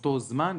אותו זמן.